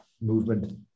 movement